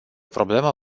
problemă